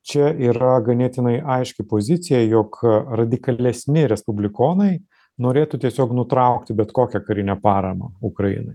čia yra ganėtinai aiški pozicija jog radikalesni respublikonai norėtų tiesiog nutraukti bet kokią karinę paramą ukrainai